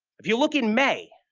if you look in may,